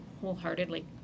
wholeheartedly